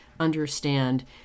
understand